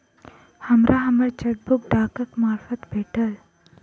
हमरा हम्मर चेकबुक डाकक मार्फत भेटल